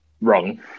wrong